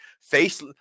face